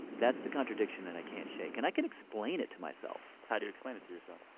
that's the contradiction that i can't shake, and i can explain it to myself how do you explain it to yourself?